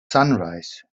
sunrise